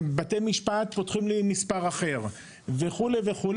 בתי משפט פותחים לי מספר אחר וכו' וכו',